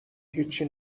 هیچی